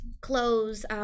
clothes